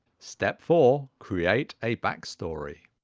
step four create a backstory